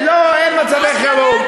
לא, אין מצבי חירום.